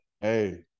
Hey